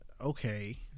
Okay